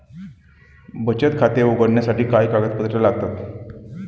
बचत खाते उघडण्यासाठी काय कागदपत्रे लागतात?